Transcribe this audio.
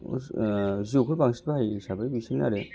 जिय'खौ बांसिन बाहायो हिसाबै नुसिनो आरो